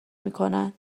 میکنن